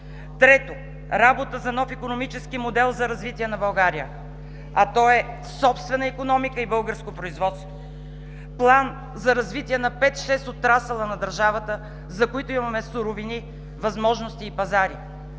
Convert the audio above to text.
Трето, работа за нов икономически модел за развитие на България, а той е: собствена икономика и българско производство; план за развитие на 5 – 6 отрасъла на държавата, за които имаме суровини, възможности и пазари;